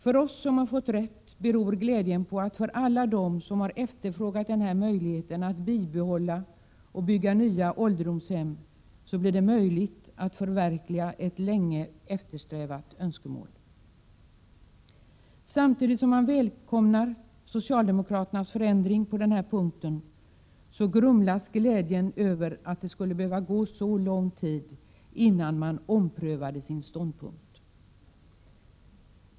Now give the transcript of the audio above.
För oss som har fått rätt beror glädjen på att alla de som har efterfrågat möjligheten att kunna bibehålla och bygga nya ålderdomshem nu kan få denna länge eftersträvade önskan uppfylld. Samtidigt som socialdemokraternas förändring på denna punkt välkomnas, grumlas glädjen av det faktum att det skulle behöva gå så lång tid innan man omprövade sin ståndpunkt.